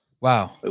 Wow